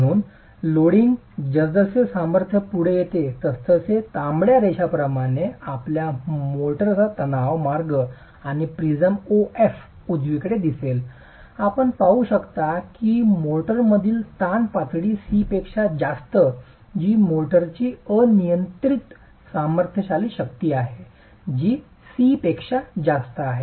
म्हणून लोडिंग जसजसे मोर्टार पुढे येते तसतसे तांबड्या रेषाप्रमाणे आपल्याला मोर्टारचा तणाव मार्ग आणि प्रिझम O F उजवीकडे दिसेल आपण पाहू शकता की मोर्टारमधील ताण पातळी C पेक्षा जास्त जी मोर्टारची अनियंत्रित सामर्थ्यशाली शक्ती आहे जी C पेक्षा जास्त आहे